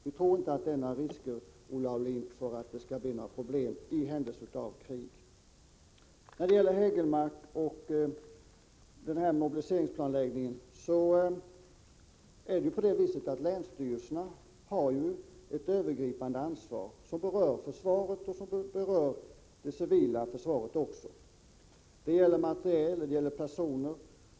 Vi tror inte att det föreligger några risker, Olle Aulin, att det skall bli problem i händelse av krig. När det gäller vad Eric Hägelmark sade om mobiliseringsplanläggningen, så har ju länsstyrelsen ett övergripande ansvar, som berör hela försvaret, alltså även det civila försvaret. Det gäller materiel och det gäller personer.